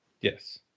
yes